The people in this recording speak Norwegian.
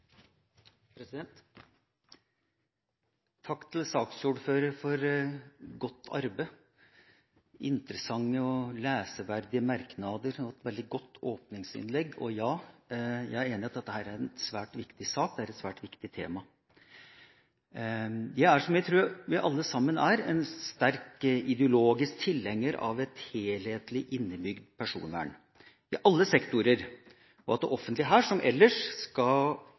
arbeid. Takk til saksordføreren for godt arbeid, interessante og leseverdige merknader. Det var et veldig godt åpningsinnlegg, og ja, jeg er enig i at dette er en svært viktig sak – det er et svært viktig tema. Jeg er, som jeg tror vi alle sammen er, en sterk ideologisk tilhenger av et helhetlig, innebygd personvern i alle sektorer. Det offentlige skal og må her, som ellers,